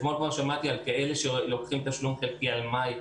אתמול כבר שמעתי על כאלה שלוקחים תשלום חלקי על מאי.